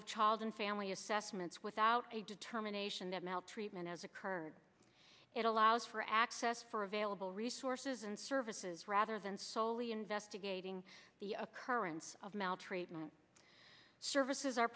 of child and family assessments without a determination that maltreatment has occurred it allows for access for available resources and services rather than soley investigating the occurrence of maltreatment services are